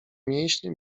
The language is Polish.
mięśnie